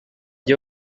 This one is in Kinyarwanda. iyo